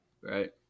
Right